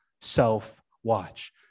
self-watch